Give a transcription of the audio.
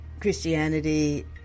Christianity